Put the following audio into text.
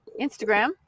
Instagram